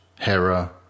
Hera